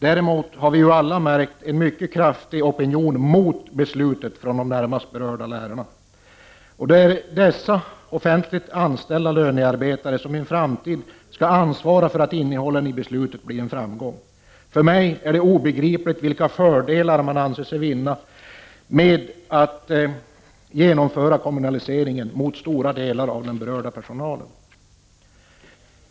Däremot har vi väl alla märkt en mycket kraftig opinion mot beslutet från de närmast berörda, nämligen lärarna. Och det är dessa offentligt anställda lönearbetare som i en framtid skall ansvara för att innehållet i beslutet blir en framgång. För mig är det obegripligt vilka fördelar man anser sig vinna med ett genomförande av kommunaliseringen mot vad stora delar av den berörda personalen vill.